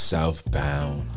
Southbound